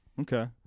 Okay